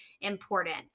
important